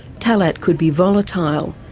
talet could be volatile.